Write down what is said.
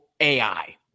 AI